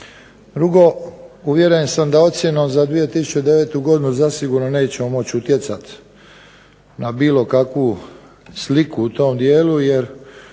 Drugo, uvjeren sam da ocjenom za 2009. godinu zasigurno nećemo moći utjecati na bilo kakvu sliku u tom dijelu jer